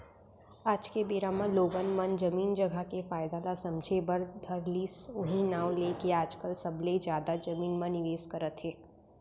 आज के बेरा म लोगन मन जमीन जघा के फायदा ल समझे बर धर लिस उहीं नांव लेके आजकल सबले जादा जमीन म निवेस करत हे